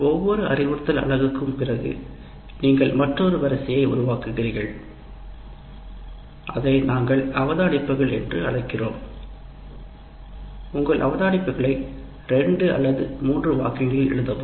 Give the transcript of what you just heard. ஒவ்வொரு அறிவுறுத்தல் அலகுக்கும் பிறகு நீங்கள் மற்றொரு வரிசையை உருவாக்குகிறீர்கள் அதை நாங்கள் அவதானிப்புகள் என்று அழைக்கிறோம் உங்கள் அவதானிப்புகளை 2 அல்லது 3 வாக்கியங்களில் எழுதவும்